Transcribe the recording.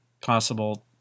possible